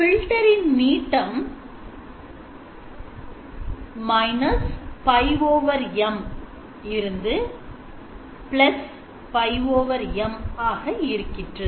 filter H0 நீட்டம் −π M to π M ஆக இருக்கின்றது